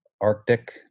Arctic